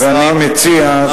ואני מציע,